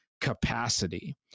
Capacity